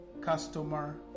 customer